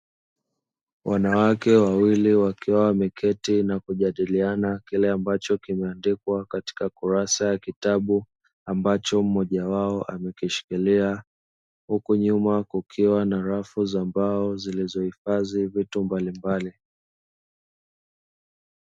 Wanawake wawili wakiwa wameketi na kujadiliana kile ambacho kimeandikwa katika kurasa ya kitabu ambacho mmoja wao amekishikilia, huku nyuma kukiwa na rafu za mbao zilizohifadhi vitu mbalimbali.